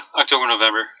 October-November